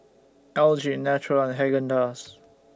L G Naturel and Haagen Dazs